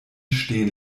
stehen